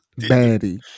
Baddie